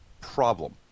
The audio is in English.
problem